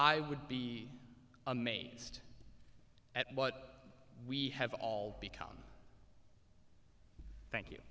i would be amazed at what we have become thank you